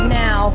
now